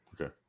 Okay